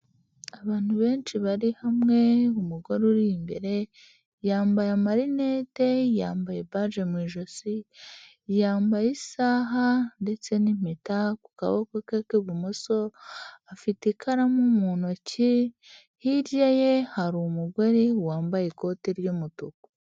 Abantu benshi bari hamwe, umugore uri imbere yambaye amarinete, yambaye baji mu ijosi, yambaye isaha ndetse n'impeta ku kaboko ke k'ibumoso, afite ikaramu mu ntoki, hirya ye hari umugore wambaye ikoti ry'umutuku.